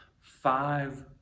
five